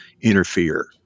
interfere